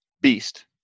Beast